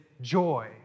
joy